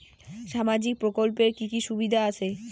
সামাজিক প্রকল্পের কি কি সুবিধা আছে?